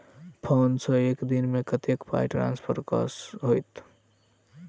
Phone सँ एक दिनमे कतेक पाई ट्रान्सफर होइत?